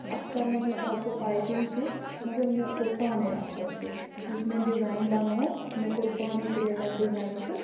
اَتھ کَرنٲو مےٚ پتہٕ پایپِنٛگ تہِ مگر مےٚ کوٚر پانَے اَتھ پَتہٕ سُہ یُتھ مےٚ ڈِزاین بنوو مےٚ کوٚر پانَے کِرٛییٹ اَکھ ڈِزاین تہٕ